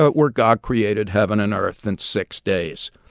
ah where god created heaven and earth in six days.